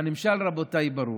והנמשל, רבותיי, ברור.